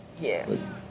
Yes